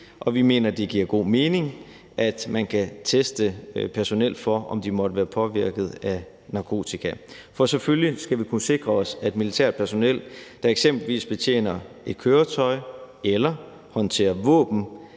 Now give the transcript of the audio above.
og vi mener, det giver god mening, at man kan teste personel for, om de måtte være påvirket af narkotika, for selvfølgelig skal vi kunne sikre os, at militært personel, der eksempelvis betjener et køretøj eller håndterer våben,